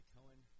Cohen